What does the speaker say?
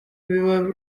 biba